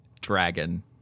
Dragon